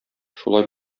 шулай